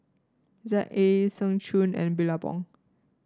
Z A Seng Choon and Billabong